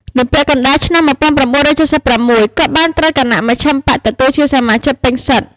នៅពាក់កណ្តាលឆ្នាំ ១៩៧៦ គាត់បានត្រូវគណៈមជ្ឈិមបក្សទទួលជាសមាជិកពេញសិទ្ធិ ។